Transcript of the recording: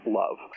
love